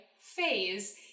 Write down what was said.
phase